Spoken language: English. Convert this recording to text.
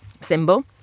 symbol